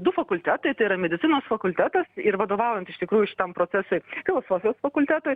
du fakultetai tai yra medicinos fakultetas ir vadovaujant iš tikrųjų šitam procesui filosofijos fakultetui